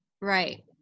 Right